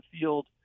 field